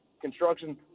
Construction